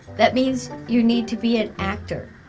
that means you need to be an actor.